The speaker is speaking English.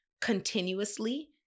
continuously